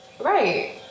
Right